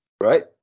Right